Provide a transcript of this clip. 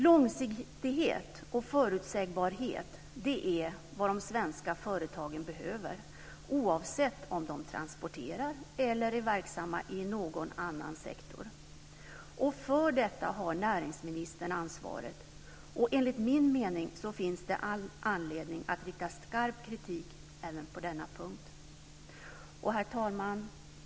Långsiktighet och förutsägbarhet är vad de svenska företagen behöver - oavsett om de transporterar eller är verksamma i någon annan sektor. För detta har näringsministern ansvaret, och enligt min mening finns det all anledning att rikta skarp kritik även på denna punkt. Herr talman!